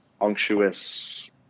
unctuous